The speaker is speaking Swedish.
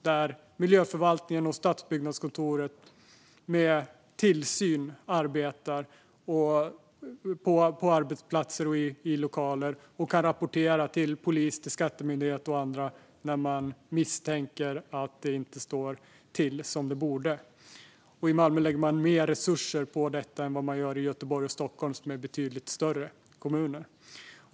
Där arbetar miljöförvaltningen och stadsbyggnadskontoret med tillsyn på arbetsplatser och i lokaler och kan rapportera till polis, skattemyndighet och andra när man misstänker att det inte står rätt till. I Malmö lägger man mer resurser på detta än vad man gör i Göteborg och Stockholm, som är betydligt större kommuner.